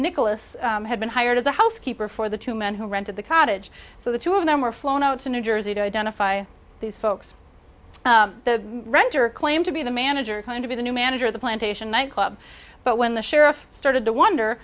nicholas had been hired as a housekeeper for the two men who rented the cottage so the two of them were flown out to new jersey to identify these folks the renter claimed to be the manager coming to be the new manager of the plantation nightclub but when the sheriff started to wonder